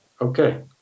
Okay